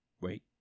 wait